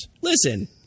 Listen